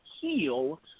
heal